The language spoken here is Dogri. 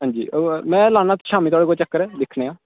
आं में लाना शामीं धोड़ी चक्कर दिक्खने आं